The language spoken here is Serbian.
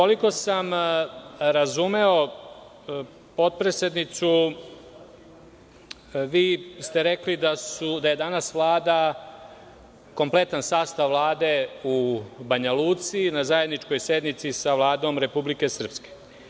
Koliko sam razumeo potpredsednicu, vi ste rekli da je danas Vlada, kompletan sastav Vlade u Banja Luci, na zajedničkoj sednici sa Vladom Republike Srpske.